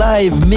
Live